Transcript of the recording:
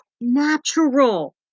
natural